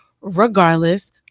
regardless